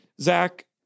Zach